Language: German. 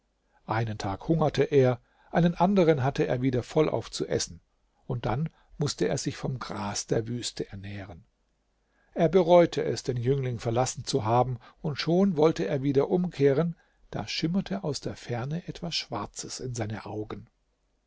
einen tag hungerte er einen anderen hatte er wieder vollauf zu essen und dann mußte er sich vom gras der wüste ernähren er bereute es den jüngling verlassen zu haben und schon wollte er wieder umkehren da schimmerte aus der ferne etwas schwarzes in seine augen